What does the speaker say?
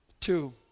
two